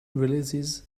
releases